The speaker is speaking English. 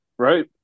Right